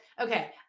okay